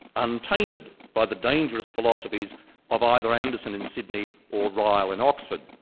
untainted by the dangerous philosophies of either anderson in sydney, or ryle in oxford.